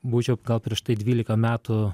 būčiau gal prieš tai dvylika metų